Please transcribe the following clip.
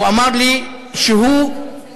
והוא אמר לי שהוא חיובי,